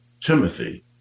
Timothy